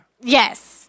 Yes